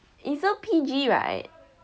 it's so P_G [right]